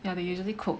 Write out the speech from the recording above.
yeah they usually cook